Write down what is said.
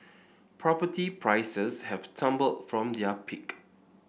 property prices have tumbled from their peak